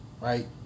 right